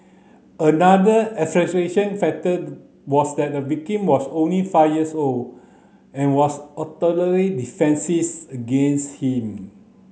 another factor was that the victim was only five years old and was utterly defences against him